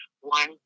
one